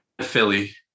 Philly